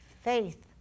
faith